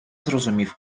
зрозумів